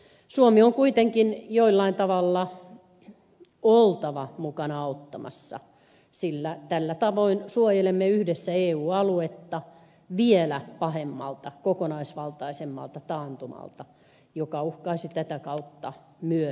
suomen on kuitenkin jollain tavalla oltava mukana auttamassa sillä tällä tavoin suojelemme yhdessä eu aluetta vielä pahemmalta kokonaisvaltaisemmalta taantumalta joka uhkaisi tätä kautta myös suomea